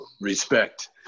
respect